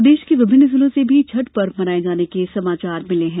प्रदेश के विभिन्न जिलों से भी छठ पर्व मनाये जाने के समाचार मिले है